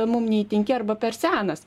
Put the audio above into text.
mum neįtinki arba per senas